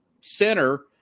center